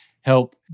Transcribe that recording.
help